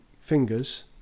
fingers